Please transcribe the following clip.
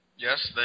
Yes